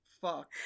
Fuck